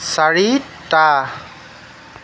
চাৰিটা